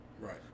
Right